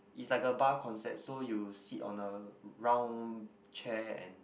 it's like a bar concept so you sit on a round chair and